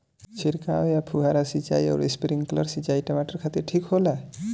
छिड़काव या फुहारा सिंचाई आउर स्प्रिंकलर सिंचाई टमाटर खातिर ठीक होला?